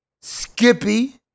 Skippy